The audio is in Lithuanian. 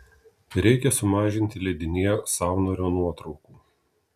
reikia sumažinti leidinyje saunorio nuotraukų